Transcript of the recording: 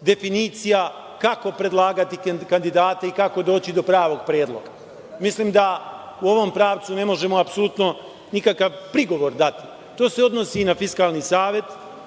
definicija kako predlagati kandidate i kako doći do pravog predloga. Mislim da u ovom pravcu ne možemo apsolutno nikakav prigovor dati. To se odnosi i na Fiskalni savet,